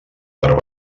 part